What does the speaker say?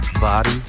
body